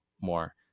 more